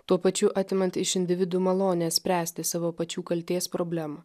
tuo pačiu atimant iš individų malonę spręsti savo pačių kaltės problemą